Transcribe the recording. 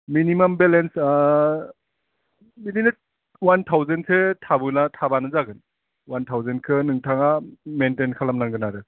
minimum balance बिदिनो अवान थावजेनसो थाबोला थाबानो जागोन अवान थावजेनखौ नोंथाङा मेनथेन खालामनांगोन आरो